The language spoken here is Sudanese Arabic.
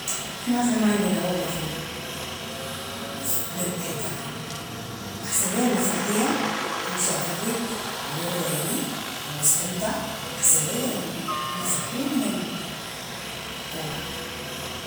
نحن اصلا ما عندنا أوبرا في- حتتنا احسن لي المسرحية، امشي افرق اوري عيني و أستمتع احسن لي المسرحية من الأوبرا.